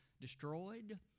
destroyed